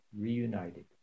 reunited